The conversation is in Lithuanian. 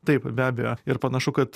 taip be abejo ir panašu kad